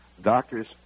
doctors